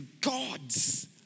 God's